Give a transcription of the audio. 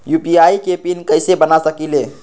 UPI के PIN कैसे बना सकीले?